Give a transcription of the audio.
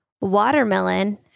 Watermelon